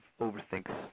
overthinks